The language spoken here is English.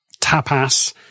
tapas